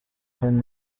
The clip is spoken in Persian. خوای